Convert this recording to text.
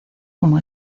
como